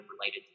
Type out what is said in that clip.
related